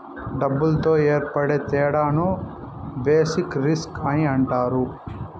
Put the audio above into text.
డబ్బులతో ఏర్పడే తేడాను బేసిక్ రిస్క్ అని అంటారు